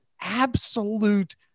absolute